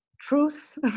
truth